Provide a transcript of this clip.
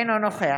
אינו נוכח